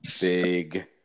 big